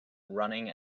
running